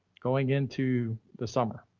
going into the summer.